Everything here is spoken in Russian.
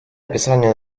описание